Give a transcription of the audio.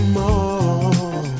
more